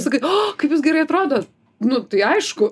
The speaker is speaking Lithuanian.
sakai o kaip jūs gerai atrodot nu tai aišku